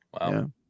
wow